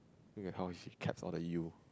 look at how she caps all the U